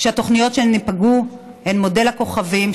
שהתוכניות שייפגעו הן מודל הכוכבים,